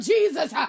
Jesus